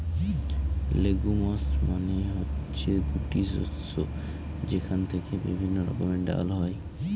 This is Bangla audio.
লেগুমস মানে হচ্ছে গুটি শস্য যেখান থেকে বিভিন্ন রকমের ডাল হয়